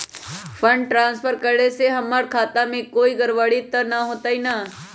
Fund transfer करे से हमर खाता में कोई गड़बड़ी त न होई न?